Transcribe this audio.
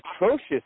atrocious